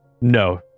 No